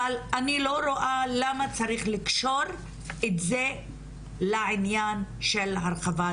אבל אני לא רואה למה צריך לקשור את זה לעניין של הרחבת